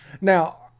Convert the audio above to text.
Now